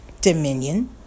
dominion